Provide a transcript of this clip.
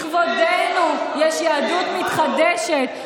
לכבודנו שיש יהדות מתחדשת,